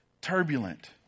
Turbulent